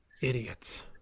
Idiots